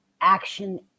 action